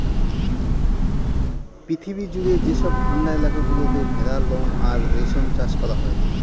পৃথিবী জুড়ে যেসব ঠান্ডা এলাকা গুলোতে ভেড়ার লোম আর রেশম চাষ করা হয়